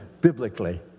biblically